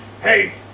hey